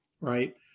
right